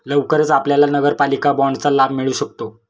लवकरच आपल्याला नगरपालिका बाँडचा लाभ मिळू शकतो